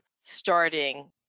starting